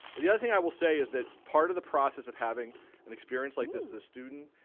the other thing i will say is that part of the process of having an experience like this as a student,